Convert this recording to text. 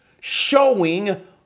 showing